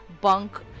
bunk